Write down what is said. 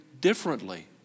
differently